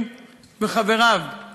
ואני